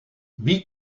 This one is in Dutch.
wie